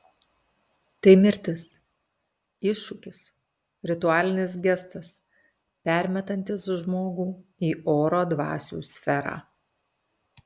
tai mirtis iššūkis ritualinis gestas permetantis žmogų į oro dvasių sferą